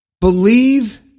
believe